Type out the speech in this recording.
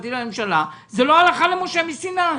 המשפטי לממשלה זה לא הלכה למשה מסיני.